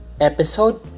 episode